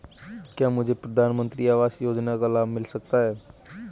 क्या मुझे प्रधानमंत्री आवास योजना का लाभ मिल सकता है?